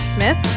Smith